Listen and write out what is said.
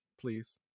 please